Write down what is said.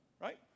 Right